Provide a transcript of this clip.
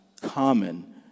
common